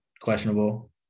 questionable